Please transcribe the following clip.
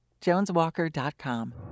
JonesWalker.com